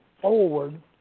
forward